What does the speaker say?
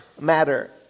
matter